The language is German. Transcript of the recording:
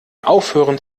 aufhören